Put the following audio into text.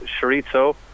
chorizo